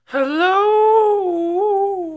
Hello